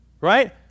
Right